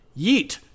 Yeet